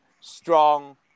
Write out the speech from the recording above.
strong